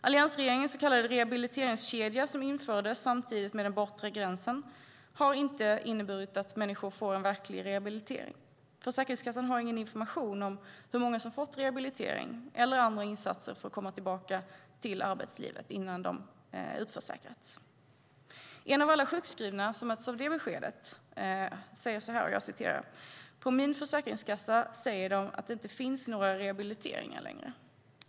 Alliansregeringens så kallade rehabiliteringskedja, som infördes samtidigt som den bortre tidsgränsen, har inte inneburit att människor får en verklig rehabilitering. Försäkringskassan har ingen information om hur många som fått rehabilitering eller andra insatser för att komma tillbaka till arbetslivet innan de utförsäkrats. En av alla sjukskrivna som har mötts av det beskedet säger så här: På min försäkringskassa säger de att det inte finns några rehabiliteringar längre.